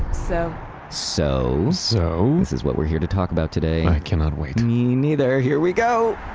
so so so this is what we're here to talk about today i cannot wait me neither. here we go!